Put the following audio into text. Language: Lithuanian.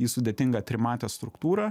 į sudėtingą trimatę struktūrą